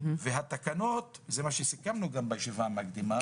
והתקנות, כמו שסיכמנו בישיבה המקדימה,